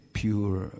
pure